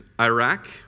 Iraq